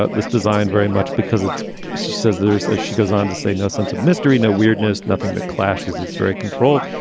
ah this design very much because she says there's as she goes on to say, no sense of mystery, no weirdness, nothing that clashes. it's very controlled,